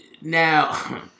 Now